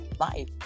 life